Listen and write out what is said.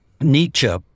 Nietzsche